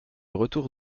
retour